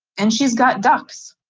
and she's got ducks.